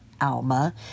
ALMA